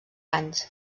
anys